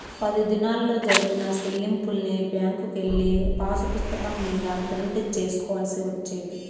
పది దినాల్లో జరిపిన సెల్లింపుల్ని బ్యాంకుకెళ్ళి పాసుపుస్తకం మీద ప్రింట్ సేసుకోవాల్సి వచ్చేది